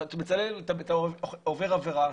אתה מצלם את עובר העבירה,